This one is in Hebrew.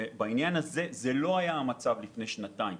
זה לא היה המצב לפני שנתיים,